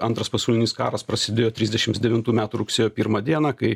antras pasaulinis karas prasidėjo trisdešims devintų metų rugsėjo pirmą dieną kai